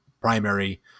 primary